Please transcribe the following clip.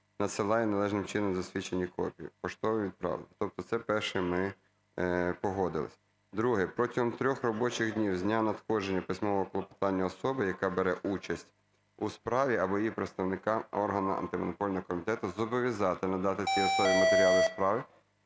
надсилає, належним чином засвідчені, копії поштовим відправленням". Тобто це перше, ми погодились. Друге. "Протягом трьох робочих днів з дня надходження письмового клопотання особи, яка бере участь у справі, або її представника орган Антимонопольного комітету зобов'язати надати цій особі матеріали справи,